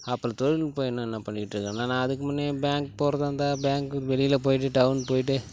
அப்புறம் தொழில்நுட்பம் என்னென்ன பண்ணிட்டுருக்குனா நா அதுக்கு முன்னே பேங்குக்கு போகிறதா இருந்தால் பேங்க்கு வெளியில் போய்ட்டு டவுனுக்கு போய்ட்டு